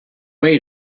way